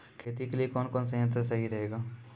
खेती के लिए कौन कौन संयंत्र सही रहेगा?